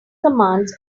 commands